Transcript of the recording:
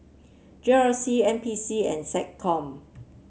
G R C N P C and SecCom